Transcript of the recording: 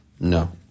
No